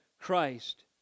Christ